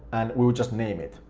and we will just name it.